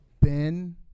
Ben